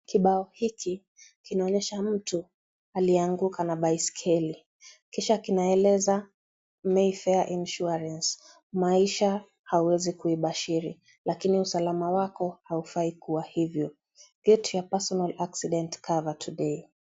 Kibao hiki kinaonyesha mtu aliyeanguka na baiskeli, kisha kinaeleza Mayfair insurance, maisha hawezi kuibashiri lakini usalama wako haufai kuwa hivyo. (CS)Get your personal accident cover today (CS).